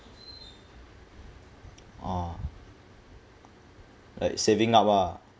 oh like saving up ah